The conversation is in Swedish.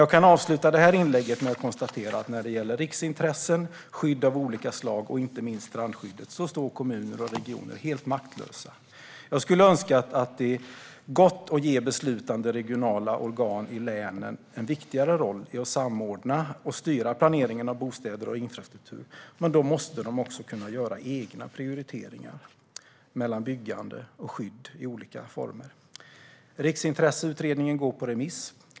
Jag kan avsluta det här inlägget med att konstatera att när det gäller riksintressen, skydd av olika slag och inte minst strandskyddet står kommuner och regioner helt maktlösa. Jag skulle önska att det gått att ge beslutande regionala organ i länen en viktigare roll i att samordna och styra planeringen av bostäder och infrastruktur, men då måste de också kunna göra egna prioriteringar mellan byggande och skydd i olika former. Riksintresseutredningen går nu på remiss.